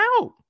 out